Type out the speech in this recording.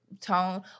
tone